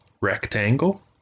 rectangle